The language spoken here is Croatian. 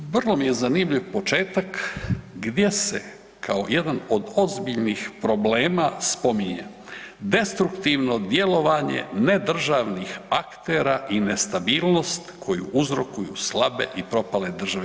Vrlo mi je zanimljiv početak gdje se kao jedan od ozbiljnih problema spominje destruktivno djelovanje ne državnih aktera i nestabilnost koju uzrokuju slabe i propale i države.